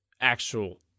actual